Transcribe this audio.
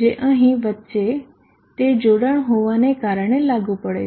જે અહીં વચ્ચે તે જોડાણ હોવાને કારણે લાગુ પડે છે